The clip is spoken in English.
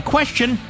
Question